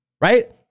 right